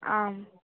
आम्